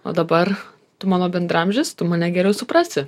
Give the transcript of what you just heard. o dabar tu mano bendraamžis tu mane geriau suprasi